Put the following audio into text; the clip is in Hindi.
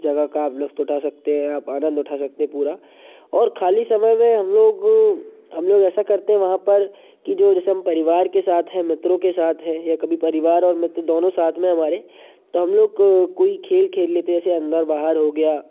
जगह का लुत्फ़ उठा सकते हैं आप आनंद उठा सकते हैं पूरा और ख़ाली समय में हम लोग हम लोग ऐसा करते हैं वहाँ पर कि जो जैसे हम परिवार के साथ हैं मित्रों के साथ हैं कभी परिवार और मित्र दोनों साथ में हैं हमारे तो हम लोग कोई खेल खेल लेते हैं जैसे अन्दर बाहर हो गया